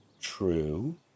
true